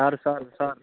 sir sir sir